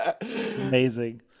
Amazing